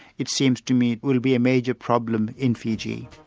it seems to me, will be a major problem in fiji.